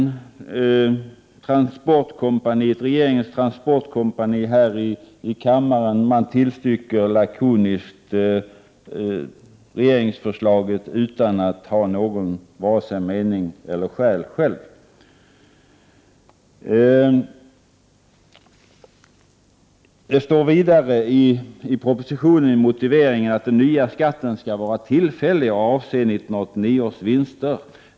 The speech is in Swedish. Utskottsmajoriteten, regeringens transportkompani här i kammaren, tillstyrker lakoniskt regeringsförslaget utan att själv ha vare sig någon mening eller något skäl. I motiveringen i propositionen står vidare att den nya skatten bör vara tillfällig och avse 1989 års vinster.